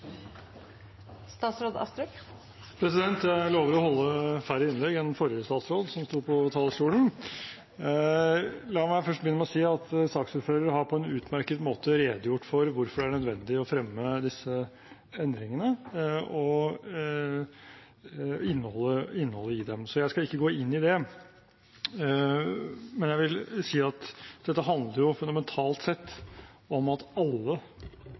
statsråd som sto på talerstolen. La meg begynne med å si at saksordføreren på en utmerket måte har redegjort for hvorfor det er nødvendig å fremme disse endringene, og innholdet i dem. Så jeg skal ikke gå inn på det, men jeg vil si at dette fundamentalt sett handler om at alle